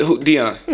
Dion